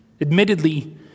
Admittedly